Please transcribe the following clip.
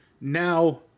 now